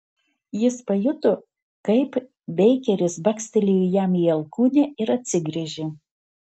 jis pajuto kaip beikeris bakstelėjo jam į alkūnę ir atsigręžė